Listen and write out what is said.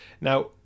now